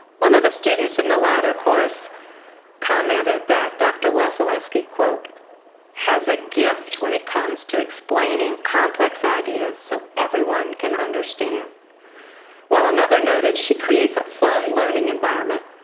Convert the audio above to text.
one of the students in the latter course commented that dr. wasileski has a gift when it comes to explaining complex ideas so everyone can understand while another noted, she creates a fun learning environment